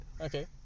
Okay